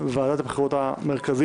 אנשי ועדת הבחירות המרכזית.